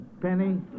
Penny